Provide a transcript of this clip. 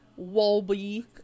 Wolby